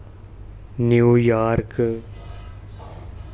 New York